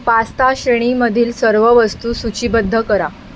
pasta श्रेणीमधील सर्व वस्तू सूचीबद्ध करा